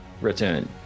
return